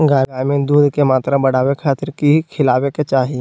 गाय में दूध के मात्रा बढ़ावे खातिर कि खिलावे के चाही?